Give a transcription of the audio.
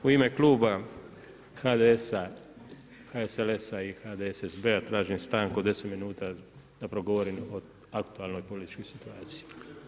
U ime kluba HDS-a, HSLS-a i HDSSB-a tražim stanku od 10 minuta da progovorim o aktualnoj političkoj situaciji.